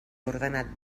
ordenat